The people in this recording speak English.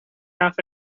half